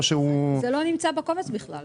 זה לא נמצא בקובץ בכלל.